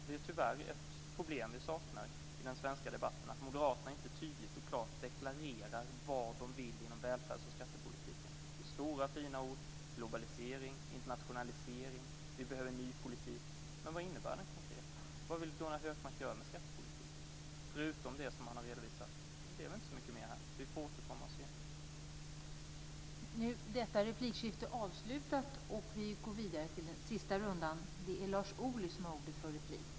Det är tyvärr ett problem att vi saknar detta i den svenska debatten. Moderaterna deklarerar inte tydligt och klart vad de vill inom välfärds och skattepolitiken. Det är stora, fina ord om globalisering och internationalisering. Vi behöver en ny politik. Men vad innebär det konkret? Vad vill Gunnar Hökmark göra med skattepolitiken förutom det som han har redovisat? Det blev inte så mycket mer här. Vi får återkomma och se.